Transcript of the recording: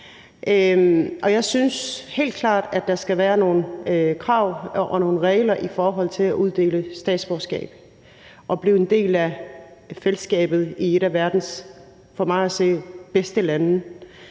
Jeg synes helt klart, at der skal være nogle krav og nogle regler i forhold til at blive tildelt statsborgerskab og blive en del af fællesskabet i et af verdens, for mig at se, bedste lande.